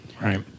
right